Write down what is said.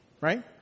Right